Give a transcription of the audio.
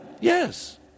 Yes